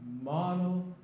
model